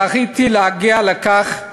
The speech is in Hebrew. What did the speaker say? זכיתי להגיע לכך,